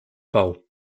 bau